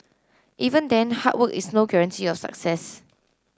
even then hard work is no guarantee of success